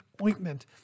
ointment